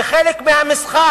זה חלק מהמשחק,